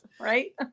right